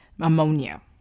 ammonia